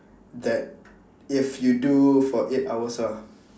that if you do for eight hours ah